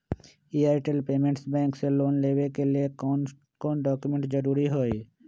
Airtel payments bank से loan लेवे के ले कौन कौन डॉक्यूमेंट जरुरी होइ?